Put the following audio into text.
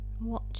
Watch